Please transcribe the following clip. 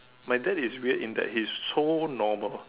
my dad is weird in that he is so normal